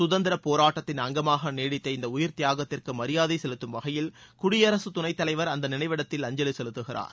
சுதந்திரப்போராட்டத்தின் அங்கமாக நீடித்த இந்த உயிர்த்தியாகத்திற்கு மரியாதை செலுத்தும் வகையில் குடியரசுத் துணைத் தலைவர் அந்த நினைவிடத்தில் அஞ்சலி செலுத்துகிறார்